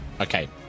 Okay